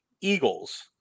Eagles